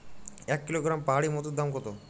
এক কিলোগ্রাম পাহাড়ী মধুর দাম কত?